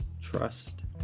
Trust